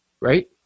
right